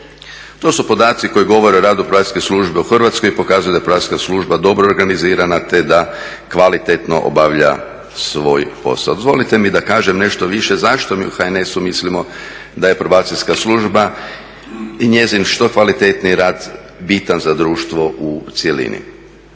To su podaci koji govore o radu Probacijske službe u Hrvatskoj i pokazuju da je probacijska služba dobro organizirana te da kvalitetno obavlja svoj posao. Dozvolite mi da kažem nešto više zašto mi u HNS-u mislimo da je probacijska služba i njezin što kvalitetniji rad bitan za društvo u cjelini.